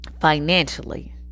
financially